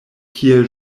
kiel